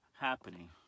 happening